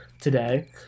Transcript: today